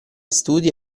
studi